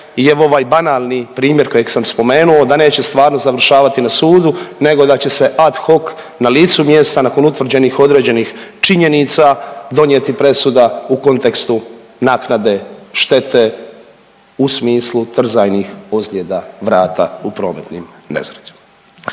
i evo, ovaj banalni primjer kojeg sam spomenuo, da neće stvarno završavati na sudu nego da će se ad hoc na listu mjesta, nakon utvrđenih određenih činjenica donijeti presuda u kontekstu naknade štete u smislu trzajnih ozljeda vrata u prometnim nesrećama,